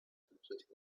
completing